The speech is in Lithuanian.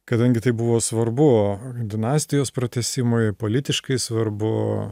kadangi tai buvo svarbu dinastijos pratęsimui politiškai svarbu